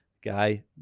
Guy